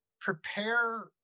prepare